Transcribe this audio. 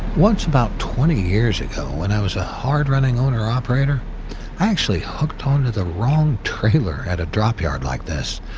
once about twenty years ago when i was a hard-running owner operator, i actually hooked onto the wrong trailer at a drop yard like this,